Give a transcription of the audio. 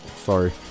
Sorry